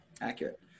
accurate